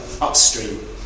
upstream